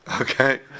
Okay